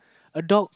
a dog